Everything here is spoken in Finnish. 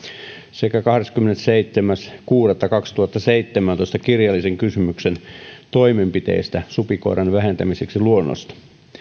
sekä kahdeskymmenesseitsemäs kuudetta kaksituhattaseitsemäntoista kirjallisen kysymyksen toimenpiteistä supikoiran vähentämiseksi luonnosta